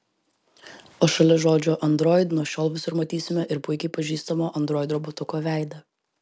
o šalia žodžio android nuo šiol visur matysime ir puikiai pažįstamo android robotuko veidą